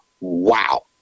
wow